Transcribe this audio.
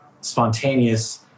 spontaneous